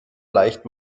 leicht